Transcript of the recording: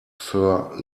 fur